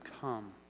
come